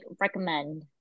recommend